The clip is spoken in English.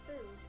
Food